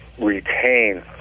retain